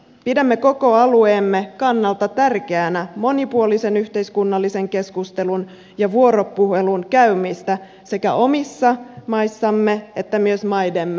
pidämme koko alueemme kannalta tärkeänä monipuolisen yhteiskunnallisen keskustelun ja vuoropuhelun käymistä sekä omissa maissamme että myös maidemme välillä